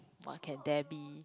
what can they be